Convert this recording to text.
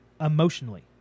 emotionally